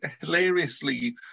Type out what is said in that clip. hilariously